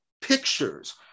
pictures